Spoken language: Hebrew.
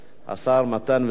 השר מתן וילנאי,